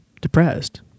depressed